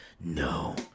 No